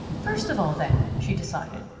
first of all, then, she decided,